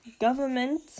Government